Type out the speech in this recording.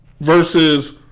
versus